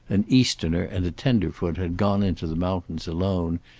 an easterner and a tenderfoot had gone into the mountains alone,